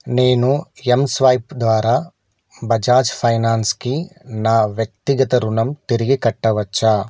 నేను ఎంస్వైప్ ద్వారా బజాజ్ ఫైనాన్స్కి నా వ్యక్తిగత రుణం తిరిగి కట్టవచ్చా